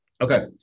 Okay